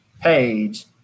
page